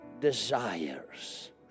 desires